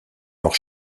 leurs